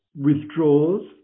withdraws